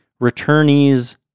Returnees